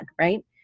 Right